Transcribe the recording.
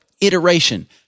Iteration